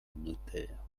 notaire